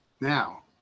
Now